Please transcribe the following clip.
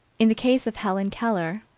in the case of helen keller,